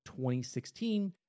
2016